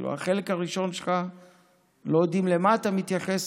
בחלק הראשון שלך לא יודעים למה אתה מתייחס,